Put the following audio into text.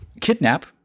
kidnap